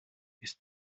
ist